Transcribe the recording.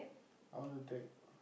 I want to take